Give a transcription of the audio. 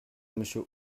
monsieur